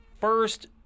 first